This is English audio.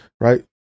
right